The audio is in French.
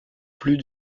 plus